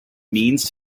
means